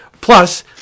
Plus